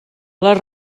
les